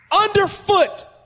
underfoot